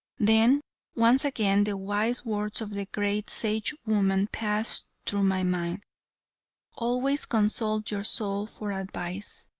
then once again the wise words of the great sagewoman passed through my mind always consult your soul for advice.